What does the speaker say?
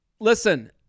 Listen